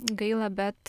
gaila bet